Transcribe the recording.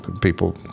people